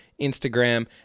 instagram